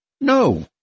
No